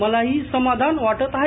मलाही समाधान वाटत आहे